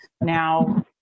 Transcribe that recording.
Now